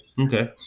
Okay